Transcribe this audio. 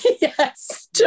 Yes